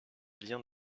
lien